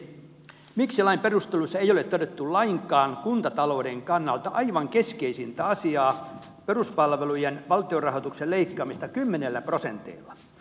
arvoisa ministeri miksi lain perusteluissa ei ole todettu lainkaan kuntatalouden kannalta aivan keskeisintä asiaa peruspalvelujen valtion rahoituksen leikkaamista kymmenillä prosenteilla